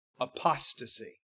apostasy